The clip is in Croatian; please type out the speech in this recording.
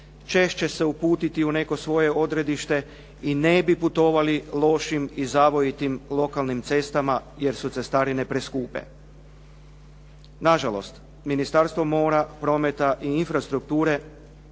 češće se uputiti u neko svoje odredište i ne bi putovali lošim i zavojitim lokalnim cestama jer su cestarine preskupe. Nažalost, Ministarstvo mora, prometa i infrastrukture